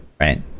right